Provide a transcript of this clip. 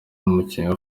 umukinnyi